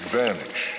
vanish